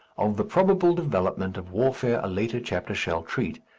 of the probable development of warfare a later chapter shall treat,